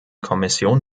kommission